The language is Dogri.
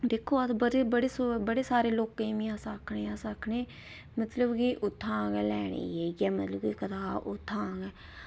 ते दिक्खो की अस बड़े सारे लोकें गी आखने मतलब कि उत्थां गै लैनी जाइयै कि मतलब कि कताब ओह् उत्थां गै